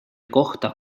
kohta